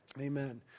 Amen